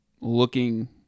looking